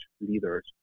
leaders